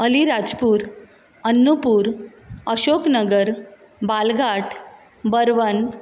Alirajpur Anuppur Ashoknagar Balaghat Barwan